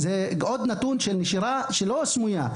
וזה עוד נתון של נשירה שהיא לא סמויה,